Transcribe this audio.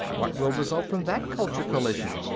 what will result from that cultural collision?